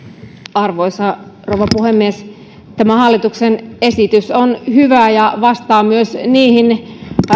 arvoisa rouva puhemies tämä hallituksen esitys on hyvä ja vastaa myös niihin